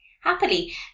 Happily